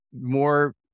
more